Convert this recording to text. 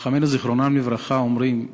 חכמינו זיכרונם לברכה אומרים: